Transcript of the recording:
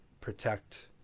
protect